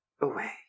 Away